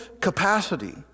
capacity